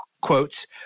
quotes